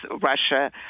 Russia